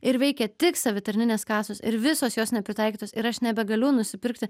ir veikia tik savitarninės kasos ir visos jos nepritaikytos ir aš nebegaliu nusipirkti